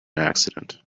accident